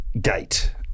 gate